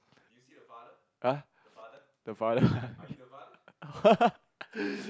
!huh! the father